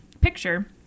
picture